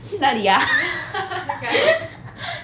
去哪里 ah